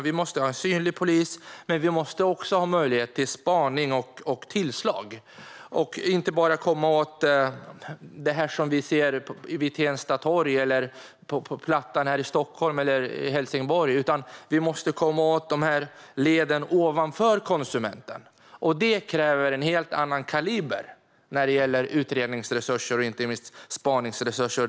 Vi måste också ha synlig polis och ha möjlighet till spaning och tillslag, så att vi inte bara kommer åt det som vi ser vid Tensta torg, på plattan här i Stockholm eller i Helsingborg. Vi måste även komma åt leden ovanför konsumenten. Det kräver en helt annan kaliber när det gäller utredningsresurser och inte minst spaningsresurser.